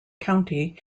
county